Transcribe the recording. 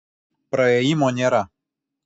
praėjimo nėra